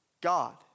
God